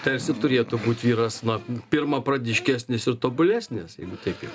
tarsi turėtų būt vyras na pirmapradiškesnis ir tobulesnis jeigu taip jau